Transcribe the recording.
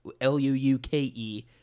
L-U-U-K-E